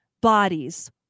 bodies